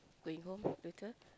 when you home baker